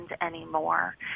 anymore